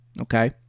Okay